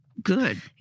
Good